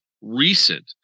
recent